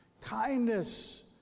kindness